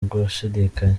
gushidikanya